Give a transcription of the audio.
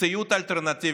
מציאות אלטרנטיבית,